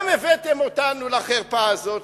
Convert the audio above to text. גם הבאתם אותנו לחרפה הזאת,